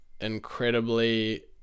incredibly